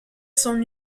son